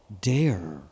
dare